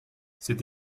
c’est